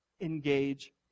Engage